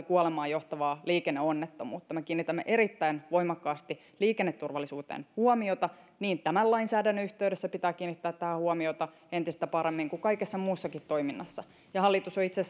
kuolemaan johtavaa liikenneonnettomuutta me kiinnitämme erittäin voimakkaasti liikenneturvallisuuteen huomiota niin tämän lainsäädännön yhteydessä pitää kiinnittää tähän huomiota entistä paremmin kuin kaikessa muussakin toiminnassa hallitus on itse